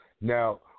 Now